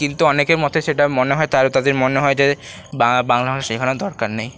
কিন্তু অনেকের মতে সেটা মনে হয় তাদের মনে হয় যে বাংলা ভাষা শেখানোর দরকার নেই